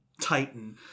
titan